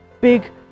big